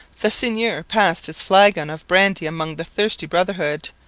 the seigneur passed his flagon of brandy among the thirsty brotherhood,